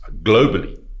globally